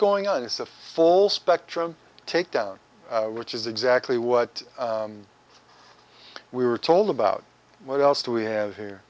going on is a full spectrum takedown which is exactly what we were told about what else do we have here